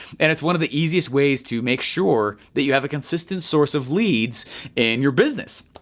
and it's one of the easiest ways to make sure that you have a consistent source of leads in your business.